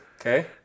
Okay